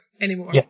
anymore